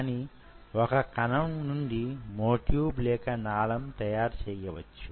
కానీ వొక కణం నుండి మ్యో ట్యూబ్ లేక నాళం తయారు చేయవచ్చు